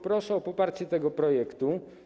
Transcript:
Proszę o poparcie tego projektu.